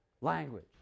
language